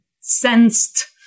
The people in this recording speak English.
sensed